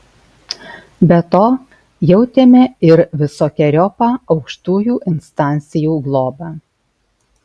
be to jautėme ir visokeriopą aukštųjų instancijų globą